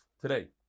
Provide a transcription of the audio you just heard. today